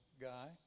guy